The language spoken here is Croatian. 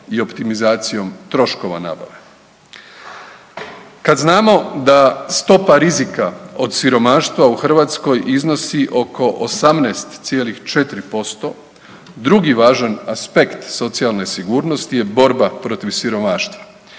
i optimizacijom troškova nabave. Kad znamo da stopa rizika od siromaštva u Hrvatskoj iznosi oko 18,4%, drugi važan aspekt socijalne sigurnosti je borba protiv siromaštva,